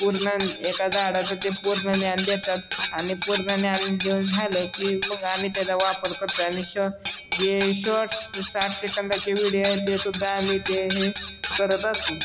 पूर्ण एका झाडाचं ते पूर्ण ज्ञान देतात आणि पूर्ण ज्ञान देऊन झालं की मग आम्ही त्याचा वापर करतो आणि शॉ जे शॉर्ट्स साठ सेकंंदाचे व्हडिओ आहेत तेसुद्धा आम्ही ते हे करत असू